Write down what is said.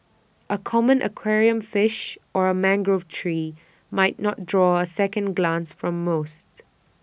A common aquarium fish or A mangrove tree might not draw A second glance from most